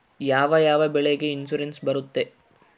ಯಾವ ಯಾವ ಬೆಳೆಗೆ ಇನ್ಸುರೆನ್ಸ್ ಬರುತ್ತೆ?